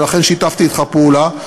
ולכן שיתפתי אתך פעולה,